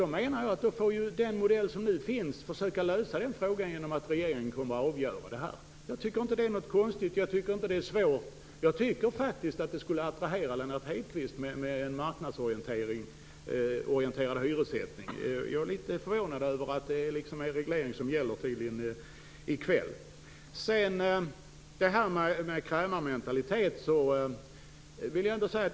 Då får man använda den modell som finns och försöka att lösa frågan genom regeringens avgörande. Jag tycker inte att det är vare sig konstigt eller svårt. Jag trodde att en marknadsorienterad hyressättning skulle attrahera Lennart Hedquist. Jag är litet förvånad över att det tydligen är reglering som skall gälla.